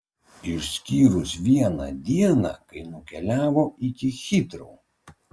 išskyrus vieną dieną kai nukeliavo iki hitrou